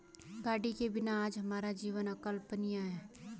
गाड़ी के बिना आज हमारा जीवन अकल्पनीय है